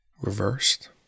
reversed